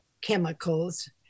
chemicals